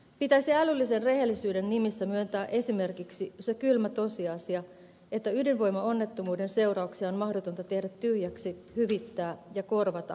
pitäisi älyllisen rehellisyyden nimissä myöntää esimerkiksi se kylmä tosiasia että ydinvoimaonnettomuuden seurauksia on mahdotonta tehdä tyhjäksi hyvittää ja korvata täysimääräisesti